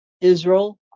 israel